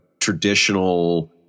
traditional